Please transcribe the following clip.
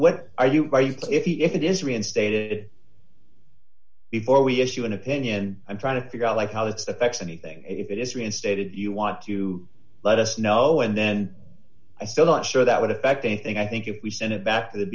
are you if you if it is reinstated before we issue an opinion i'm trying to figure out like how it affects anything if it is reinstated you want to let us know and then i feel not sure that would affect anything i think if we sent it back to the